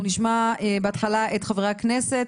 אנחנו נשמע בהתחלה את חברי הכנסת.